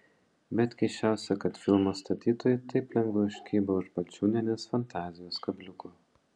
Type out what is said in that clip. bet keisčiausia kad filmo statytojai taip lengvai užkibo už balčiūnienės fantazijos kabliuko